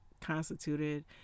constituted